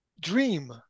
dream